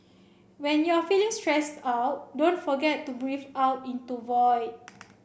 when you are feeling stressed out don't forget to breathe out into void